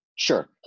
Sure